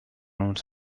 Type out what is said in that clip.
uns